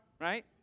right